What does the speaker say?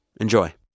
enjoy